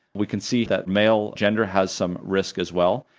we can see that male gender has some risk as well.